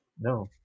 No